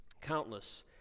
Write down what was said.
Countless